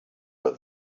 that